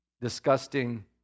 disgusting